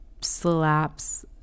slaps